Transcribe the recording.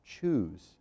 choose